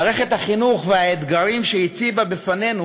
מערכת החינוך והאתגרים שהציבה בפנינו